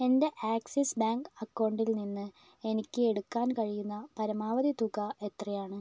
എൻ്റെ Axis bank അക്കൗണ്ടിൽ നിന്ന് എനിക്ക് എടുക്കാൻ കഴിയുന്ന പരമാവധി തുക എത്രയാണ്